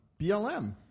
BLM